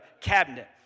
cabinet